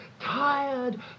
tired